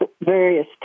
various